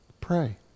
pray